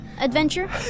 adventure